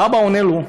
האבא עונה לו: